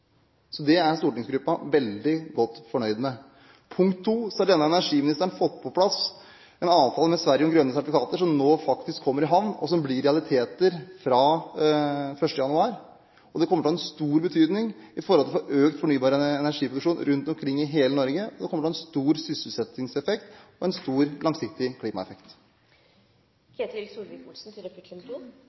så stor sysselsettingseffekt for hele landet vårt. Det er stortingsgruppen veldig godt fornøyd med. Denne energiministeren har fått på plass en avtale med Sverige om grønne sertifikater, som faktisk kommer i havn og blir en realitet fra 1. januar. Det kommer til å ha stor betydning for å få økt fornybar energiproduksjon rundt omkring i hele Norge. Det kommer til å ha stor sysselsettingseffekt og stor langsiktig klimaeffekt. Det er betryggende å høre i forhold til